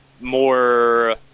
more